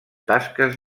tasques